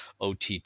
OTT